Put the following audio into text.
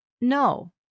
No